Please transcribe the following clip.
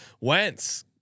Wentz